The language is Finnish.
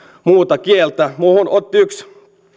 muuta kieltä minuun otti yksi